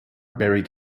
buried